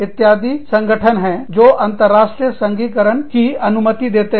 इत्यादि एक संगठन है जो अंतर्राष्ट्रीय संघीकरण की अनुमति देते हैं